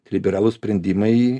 liberalūs sprendimai